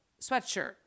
sweatshirt